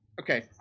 okay